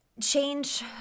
change